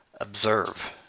observe